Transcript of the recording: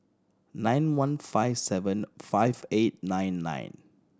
nine one five seven five eight nine nine